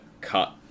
cut